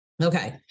Okay